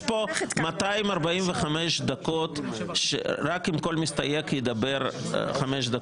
יש פה 245 דקות, אם כל מסתייג ידבר רק חמש דקות.